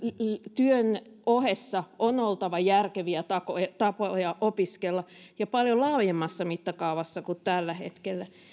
työn ohessa on oltava järkeviä tapoja tapoja opiskella ja paljon laajemmassa mittakaavassa kuin tällä hetkellä